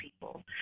people